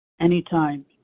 anytime